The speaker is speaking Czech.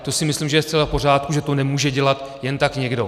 To si myslím, že je zcela v pořádku, že to nemůže dělat jen tak někdo.